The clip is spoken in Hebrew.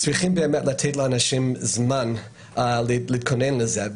צריכים באמת לתת לאנשים זמן להתכונן לזה.